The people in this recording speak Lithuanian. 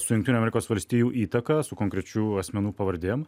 su amerikos valstijų įtaka su konkrečių asmenų pavardėm